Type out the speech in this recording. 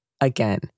Again